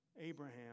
Abraham